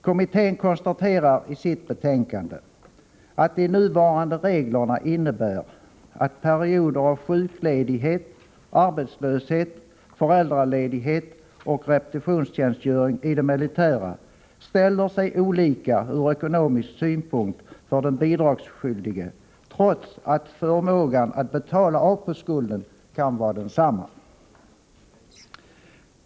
Kommittén konstaterar i sitt betänkande att de nuvarande reglerna innebär att perioder av sjukledighet, arbetslöshet, föräldraledighet och repetitionstjänstgöring i det militära ställer sig olika från ekonomisk synpunkt för den bidragsskyldige, trots att förmågan att betala av på skulden kan vara densamma.